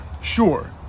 sure